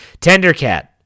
Tendercat